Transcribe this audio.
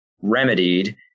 remedied